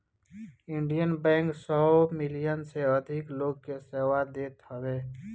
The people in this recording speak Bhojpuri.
इंडियन बैंक सौ मिलियन से अधिक लोग के सेवा देत हवे